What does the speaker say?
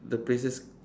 the places